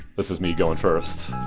this is me going first